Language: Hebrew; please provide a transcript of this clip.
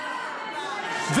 בושה, בושה, בושה.